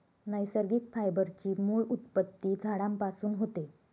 नैसर्गिक फायबर ची मूळ उत्पत्ती झाडांपासून होते